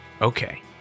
Okay